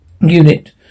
unit